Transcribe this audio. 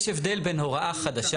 יש הבדל בין הוראה חדשה.